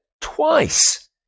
twice